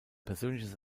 persönliches